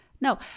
no